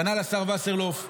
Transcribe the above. כנ"ל, השר וסרלאוף.